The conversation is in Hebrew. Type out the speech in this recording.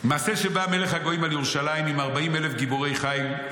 "מעשה שבא מלך הגויים על ירושלים עם ארבעים אלף גיבורי חיל,